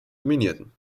dominierten